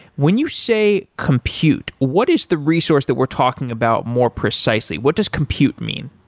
when you say compute, what is the resource that we're talking about more precisely? what does compute mean?